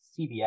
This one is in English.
CBS